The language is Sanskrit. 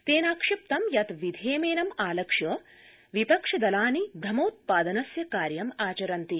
तेनाक्षिप्तं यत् विधिमेनमालक्ष्य विपक्षि दलानि भ्रमोत्पादनस्य कार्यमाचरन्ति